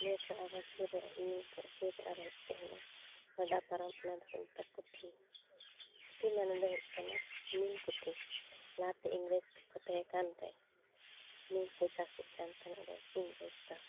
ᱱᱤᱭᱟᱹ ᱠᱷᱚᱱ ᱟᱨᱚ ᱥᱩᱨ ᱨᱮ ᱱᱤᱭᱟᱹᱠᱷᱚᱱ ᱥᱩᱨ ᱨᱮ ᱟᱨ ᱢᱤᱫᱴᱮᱱ ᱦᱮᱱᱟᱜᱼᱟ ᱜᱚᱰᱟ ᱯᱟᱨᱚᱢ ᱚᱱᱟ ᱫᱚᱠᱚ ᱢᱮᱛᱟᱜᱼᱟ ᱠᱩᱴᱷᱤᱼᱠᱩᱴᱷᱤ ᱢᱟᱱᱮᱫᱚ ᱦᱩᱭᱩᱜ ᱠᱟᱱᱟ ᱱᱤᱞᱠᱩᱴᱷᱤ ᱞᱟᱦᱟᱛᱮ ᱤᱝᱨᱮᱡᱽᱠᱚ ᱛᱟᱦᱮᱸᱠᱟᱱ ᱨᱮ ᱱᱤᱞᱠᱚ ᱪᱟᱥᱮᱫ ᱠᱟᱱ ᱛᱟᱦᱮᱸᱫ ᱨᱮ ᱤᱝᱨᱮᱡᱽᱫᱚ